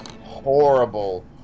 horrible